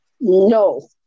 No